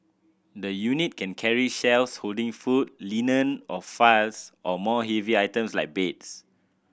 the unit can carry shelves holding food linen or files or more heavy items like beds